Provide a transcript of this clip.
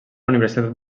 universitat